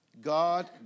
God